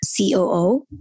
COO